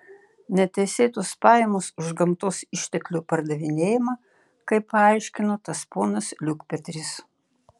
neteisėtos pajamos už gamtos išteklių pardavinėjimą kaip paaiškino tas ponas liukpetris